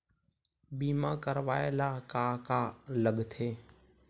बीमा करवाय ला का का लगथे?